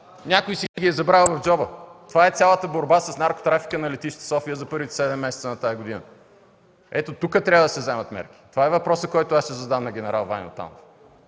някой си ги е забравил в джоба. Това е цялата борба с наркотрафика на летище София за първите седем месеца на тази година. Ето тук трябва да се вземат мерки. Това е въпросът, който аз ще задам на ген. Ваньо Танов,